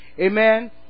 Amen